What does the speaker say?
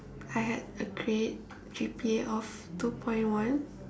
I had a grade G_P_A of two point one